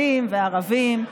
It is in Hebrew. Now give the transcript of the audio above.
החוק חל על יהודים וערבים,